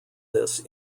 this